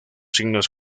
signos